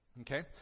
okay